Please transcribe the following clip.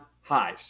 highs